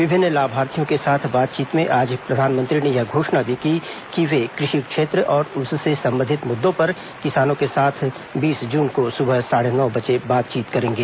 विभिन्न लाभार्थियों के साथ बातचीत में आज प्रधानमंत्री ने यह घोषणा भी की कि वे कृषि क्षेत्र और उससे संबंधित मुद्दों पर किसानों के साथ बीस जून को सुबह साढ़े नौ बजे बातचीत करेंगे